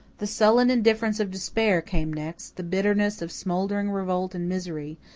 the sullen indifference of despair came next, the bitterness of smouldering revolt and misery,